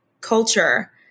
culture